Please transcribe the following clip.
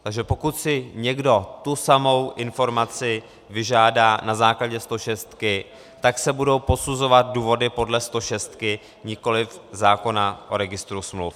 Takže pokud si někdo tu samou informaci vyžádá na základě stošestky, tak se budou posuzovat důvody podle stošestky, nikoliv zákona o registru smluv.